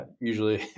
usually